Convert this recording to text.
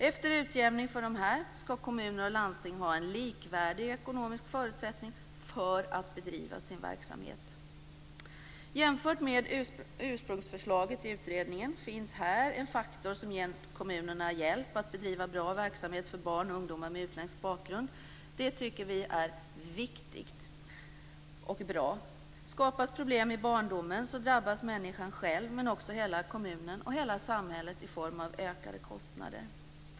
Efter utjämning på grundval av dessa skall kommuner och landsting ha likvärdiga ekonomiska förutsättningar för att bedriva sin verksamhet. Utöver utredningens ursprungsförslag finns en faktor som ger kommunerna hjälp att bedriva en bra verksamhet för barn och ungdomar med utländsk bakgrund. Vi tycker att det är viktigt. Om problem uppstår i barndomen drabbar det människan själv men också hela kommunen och hela samhället i form av ökade kostnader.